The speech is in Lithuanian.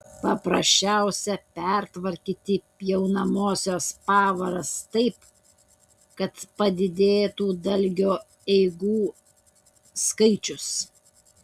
paprasčiausia pertvarkyti pjaunamosios pavaras taip kad padidėtų dalgio eigų skaičius